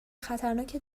خطرناک